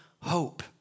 hope